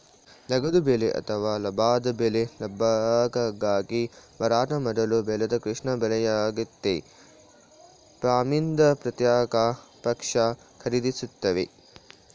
ನಗದು ಬೆಳೆ ಅಥವಾ ಲಾಭದ ಬೆಳೆ ಲಾಭಕ್ಕಾಗಿ ಮಾರಾಟ ಮಾಡಲು ಬೆಳೆದ ಕೃಷಿ ಬೆಳೆಯಾಗಯ್ತೆ ಫಾರ್ಮ್ನಿಂದ ಪ್ರತ್ಯೇಕ ಪಕ್ಷ ಖರೀದಿಸ್ತವೆ